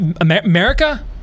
America